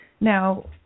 Now